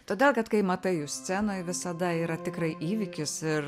todėl kad kai matai jus scenoj visada yra tikrai įvykis ir